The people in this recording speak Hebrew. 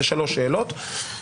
שלוש שאלות.